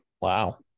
Wow